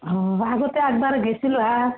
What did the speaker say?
অঁ আগতে এবাৰ গৈছিলোঁ আ